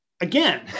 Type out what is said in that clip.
again